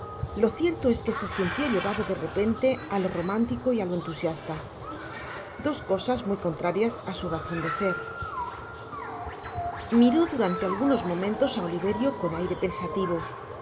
lo cierto es quase sintió llevado de repente á lo romántico y á lo entusiasta dos cosas muy contrarias ásu razon de ser miró durante algunos momentos á oliverio con aire pensativo